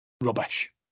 rubbish